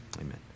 amen